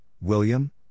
William